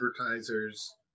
advertisers